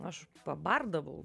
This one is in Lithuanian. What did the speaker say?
aš pabardavau